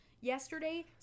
Yesterday